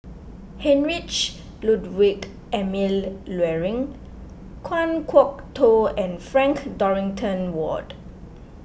Heinrich Ludwig Emil Luering Kan Kwok Toh and Frank Dorrington Ward